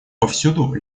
повсюду